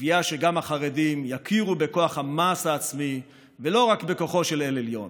וקביעה שגם החרדים יכירו בכוח המעש העצמי ולא רק בכוחו של אל עליון.